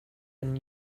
been